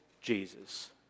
Jesus